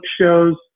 shows